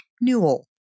Newell